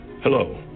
Hello